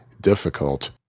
difficult